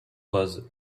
was